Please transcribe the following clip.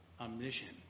omniscient